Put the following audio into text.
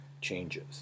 changes